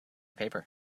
paper